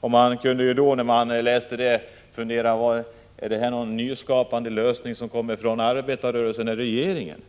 När man läste detta kunde man fundera över om det var fråga om nyskapande lösningar som kom från arbetarrörelsen eller från regeringen.